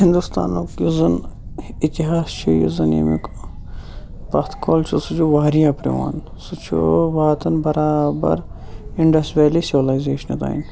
ہِندُستانُک یُس زَن اِتحاس چھِ یُس زَن ییٚمیُک پَتھ کول چھُ سُہ چھُ واریاہ پرون سُہ چھُ واتان بَرابَر اِنڈَس ویلی سِوِلَیزیشنہِ تام